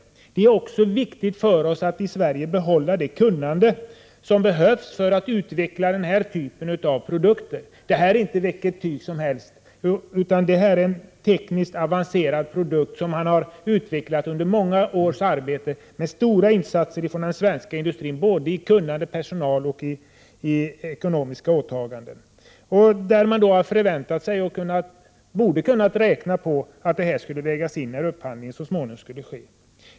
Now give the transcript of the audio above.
Vidare är det viktigt för oss att i Sverige behålla det kunnande som behövs för att utveckla den här typen av produkter. Det rör sig inte om vilken typ av produkter som helst utan om en tekniskt avancerad produkt som har utvecklats under många års arbete, med stora insatser från svensk industri beträffande både kunnande, personal och ekonomiska åtaganden. Därmed har man förväntat sig — och borde ha kunnat räkna med — att detta skulle vägas in när upphandlingen så småningom skulle ske.